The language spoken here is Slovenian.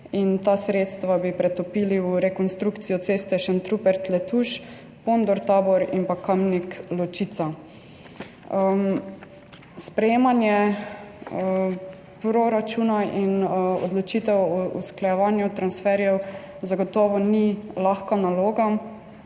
ta sredstva bi pretopili v rekonstrukcijo cest Šentrupert–Letuš, Pondor–Tabor in Kamnik–Ločica. Sprejemanje proračuna in odločitev o usklajevanju transferjev zagotovo ni lahka naloga,